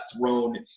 thrown